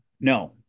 no